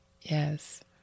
Yes